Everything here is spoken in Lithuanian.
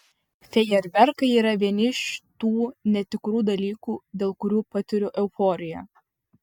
fejerverkai yra vieni iš tų netikrų dalykų dėl kurių patiriu euforiją